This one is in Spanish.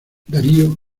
darío